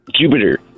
Jupiter